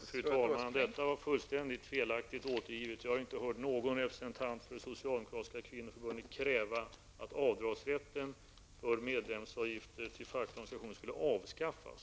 Fru talman! Detta var fullständigt felaktigt återgivet. Jag har inte hört någon representant för det socialdemokratiska kvinnoförbundet kräva att avdragsrätten för medlemsavgifter till fackliga organisationer skall avskaffas.